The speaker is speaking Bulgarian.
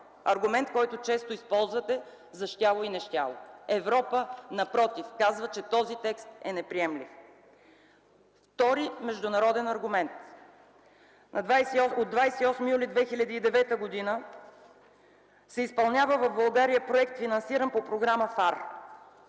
аргумент, който често използвате за щяло и нещяло. Напротив, Европа казва, че този текст е неприемлив. Втори международен аргумент: от 28 юли 2009 г. в България се изпълнява проект, финансиран по програма ФАР.